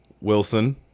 Wilson